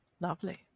Lovely